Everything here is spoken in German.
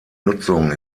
nutzung